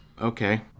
Okay